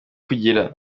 kugira